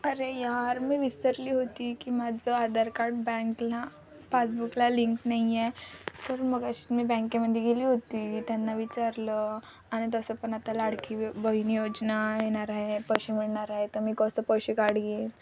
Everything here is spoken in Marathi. अरे यार मी विसरली होती की माझं आधार कार्ड बँकला पासबुकला लिंक नाही आहे तर मग अशी मी बँकेमध्ये गेली होती त्यांना विचारलं आणि तसं पण आता लाडकी बहीण योजना येणार आहे पैसे मिळणार आहे तर मी कसं पैसे काढीन